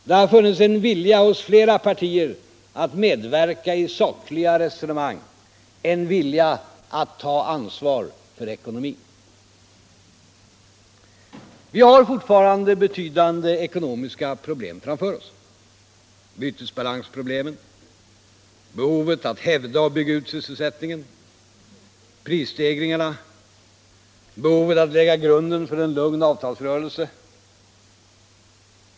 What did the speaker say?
Det har funnits en vilja hos flera partier att medverka i sakliga resonemang, en vilja att ta ansvar för ekonomin. Vi har fortfarande betydande ekonomiska problem framför oss — bytesbalansproblemet, behovet att hävda och bygga ut sysselsättningen, prisstegringarna samt behovet att lägga grunden till en lugn avtalsrörelse.